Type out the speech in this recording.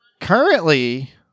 Currently